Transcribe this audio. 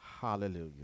Hallelujah